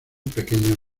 pequeños